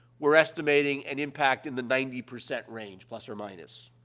we're estimating an impact in the ninety percent range, plus or minus.